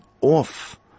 off